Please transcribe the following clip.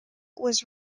was